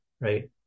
Right